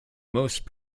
most